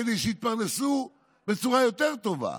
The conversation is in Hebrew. כדי שיתפרנסו בצורה יותר טובה.